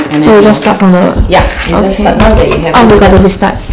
so we just start from the okay